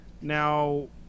Now